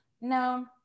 No